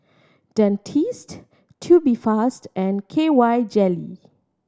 Dentiste Tubifast and K Y Jelly